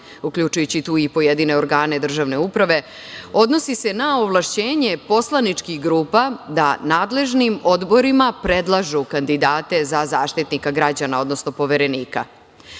uključujući tu i pojedine organe državne uprave, odnosi se na ovlašćenje poslaničkih grupa da nadležnim odborima predlažu kandidate za Zaštitnika građana odnosno Poverenika. Suštinsko